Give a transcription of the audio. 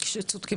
כשצודקות